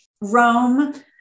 Rome